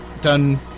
done